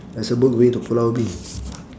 there's a boat going to pulau ubin